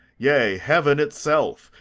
yea, heaven itself,